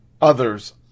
Others